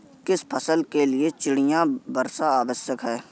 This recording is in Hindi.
किस फसल के लिए चिड़िया वर्षा आवश्यक है?